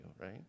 right